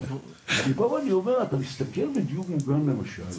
פתאום אני אומר ומסתכל על דיור מוגן למשל,